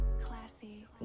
Classy